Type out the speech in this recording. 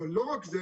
אבל לא רק זה.